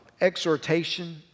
exhortation